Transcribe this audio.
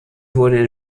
wurden